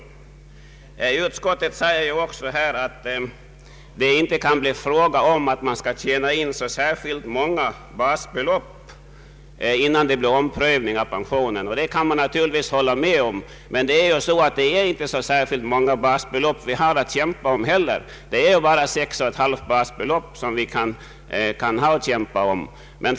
I utskottets utlåtande framhålles också att det inte kan bli fråga om att tjäna in så många basbelopp innan det blir en omprövning av förtidspensionen, och det kan jag naturligtvis hålla med om. Å andra sidan är det ju inte heller så många basbelopp vi har att kämpa om — det gäller bara 6,5 stycken.